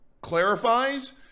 clarifies